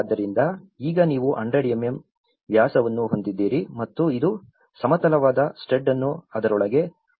ಆದ್ದರಿಂದ ಈಗ ನೀವು 100 mm ವ್ಯಾಸವನ್ನು ಹೊಂದಿದ್ದೀರಿ ಮತ್ತುಇದು ಸಮತಲವಾದ ಸ್ಟಡ್ ಅನ್ನು ಅದರೊಳಗೆ ಹುದುಗಿಸಲಾಗಿದೆ